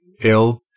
ill